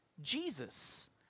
Jesus